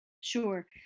Sure